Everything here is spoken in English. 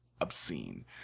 obscene